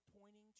pointing